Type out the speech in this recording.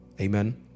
Amen